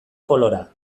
polora